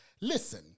listen